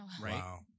Right